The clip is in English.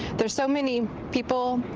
there's so many people,